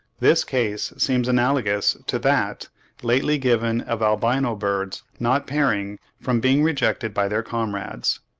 this case seems analogous to that lately given of albino birds not pairing from being rejected by their comrades.